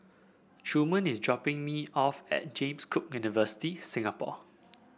Truman is dropping me off at James Cook University Singapore